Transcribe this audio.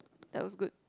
that was good